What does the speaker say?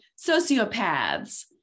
sociopaths